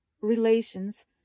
relations